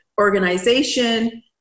organization